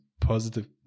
positive